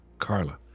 Carla